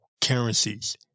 currencies